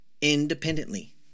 independently